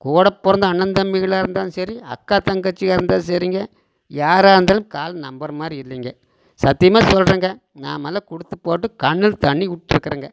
கூட பிறந்த அண்ணன் தம்பிகளாக இருந்தாலும் சரி அக்கா தங்கச்சியாக இருந்தாலும் சரிங்க யாராக இருந்தாலும் காலம் நம்புகிறமாரி இல்லைங்க சத்தியமாக சொல்றேங்க நாமலாம் கொடுத்துப்போட்டு கண்ணில் தண்ணி விட்ருக்குறனுங்க